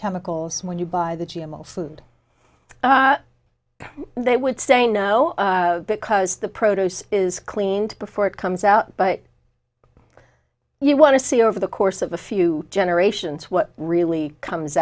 chemicals when you buy the g m o foods they would say no because the produce is cleaned before it comes out but you want to see over the course of a few generations what really comes